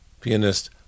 pianist